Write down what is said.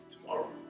tomorrow